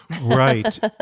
Right